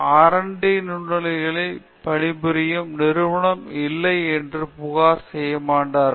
R D நுண்ணலைகளில் பணிபுரியும் நிறுவனம் இல்லை என்று புகார் செய்ய மாட்டார்கள்